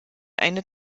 eine